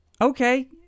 Okay